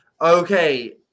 Okay